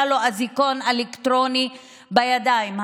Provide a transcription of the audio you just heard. היה לו אזיקון אלקטרוני בידיים,